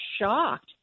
shocked